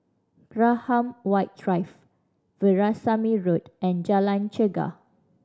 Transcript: Graham White Drive Veerasamy Road and Jalan Chegar